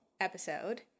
episode